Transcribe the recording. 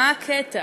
מה הקטע,